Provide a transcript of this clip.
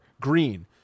Green